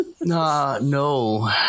no